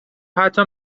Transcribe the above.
حتی